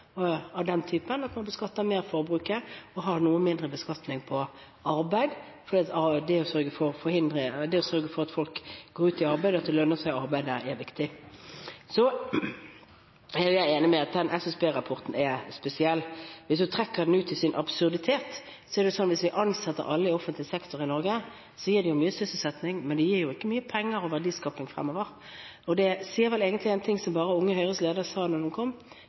å sørge for at folk går ut i arbeid, og at det lønner seg å arbeide, er viktig. Jeg er enig i at SSB-rapporten er spesiell. Hvis en trekker den ut i sin absurditet, er det jo slik at hvis en ansetter alle i offentlig sektor i Norge, gir det mye sysselsetting, men det gir ikke mye penger og verdiskaping fremover. Og det sier vel egentlig noe som Unge Høyres leder sa da den kom,